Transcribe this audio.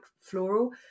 floral